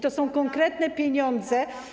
To są konkretne pieniądze.